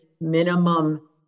minimum